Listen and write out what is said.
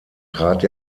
trat